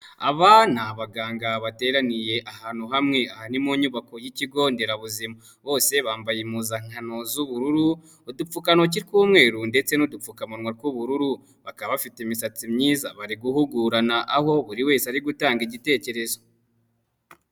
Abana ni abaganga bateraniye ahantu hamwe aha ni mu nyubako y'ikigo nderabuzima, bose bambaye impuzankano z'ubururu udupfukatoki tw'umweru ndetse n'udupfukamunwa tw'ubururu bakaba bafite imisatsi myiza, bari guhugurana aho buri wese ari gutanga igitekerezo.